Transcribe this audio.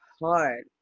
hard